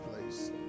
place